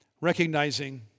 recognizing